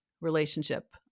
relationship